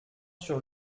sur